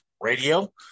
radio